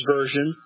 Version